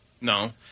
No